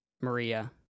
Maria